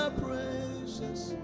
precious